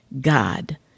God